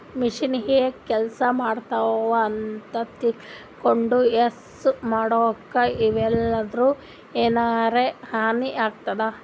machine ಹೆಂಗ್ ಕೆಲಸ ಮಾಡ್ತಾವ್ ಅಂತ್ ತಿಳ್ಕೊಂಡ್ ಯೂಸ್ ಮಾಡ್ಬೇಕ್ ಇಲ್ಲಂದ್ರ ಎನರೆ ಹಾನಿ ಆತದ್